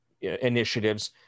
initiatives